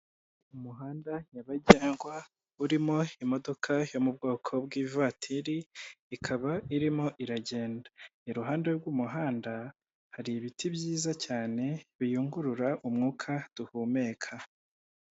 Umuhanda nyabagendwa urimo imodoka yo mu bwoko bw'ivatiri, ikaba irimo iragenda. Iruhande rw'umuhanda hari ibiti byiza cyane, biyungurura umwuka duhumeka.